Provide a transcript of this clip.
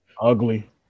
Ugly